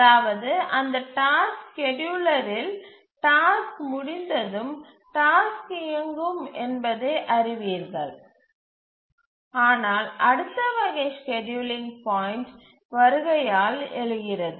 அதாவது அந்த டாஸ்க் ஸ்கேட்யூலரில் டாஸ்க் முடிந்ததும் டாஸ்க் இயங்கும் என்பதை அறிவீர்கள் ஆனால் அடுத்த வகை ஸ்கேட்யூலிங் பாயிண்ட்டு வருகையால் எழுகிறது